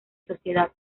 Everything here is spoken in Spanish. sociedad